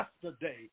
yesterday